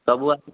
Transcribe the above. ସବୁ ଆସି